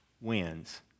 wins